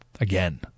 again